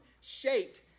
shaped